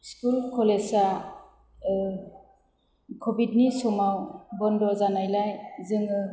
school कलेजआ कभिडनि समाव बन्द' जानायलाय जोङो